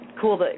cool